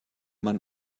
mann